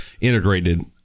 integrated